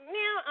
now